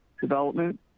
development